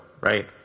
right